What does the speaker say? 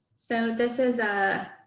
so this is, ah,